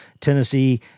Tennessee